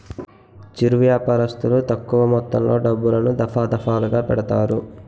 చిరు వ్యాపారస్తులు తక్కువ మొత్తంలో డబ్బులను, దఫాదఫాలుగా పెడతారు